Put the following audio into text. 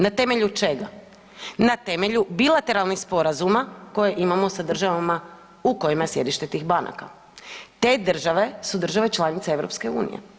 Na temelju čega? na temelju bilateralnih sporazuma koje imamo sa državama u kojima je sjedište tih banaka, te države su države članice EU.